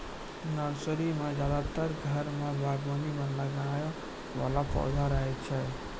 nursery मॅ ज्यादातर घर के बागवानी मॅ लगाय वाला पौधा रहै छै